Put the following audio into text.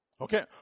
Okay